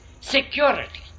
security